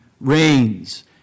reigns